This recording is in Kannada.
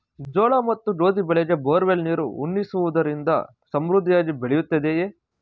ಜೋಳ ಮತ್ತು ಗೋಧಿ ಬೆಳೆಗೆ ಬೋರ್ವೆಲ್ ನೀರು ಉಣಿಸುವುದರಿಂದ ಸಮೃದ್ಧಿಯಾಗಿ ಬೆಳೆಯುತ್ತದೆಯೇ?